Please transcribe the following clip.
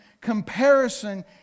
comparison